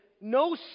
no